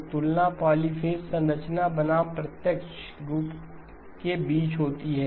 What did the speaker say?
तो तुलना पॉलीफ़ेज़ संरचना बनाम प्रत्यक्ष रूप के बीच होती है